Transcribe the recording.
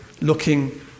looking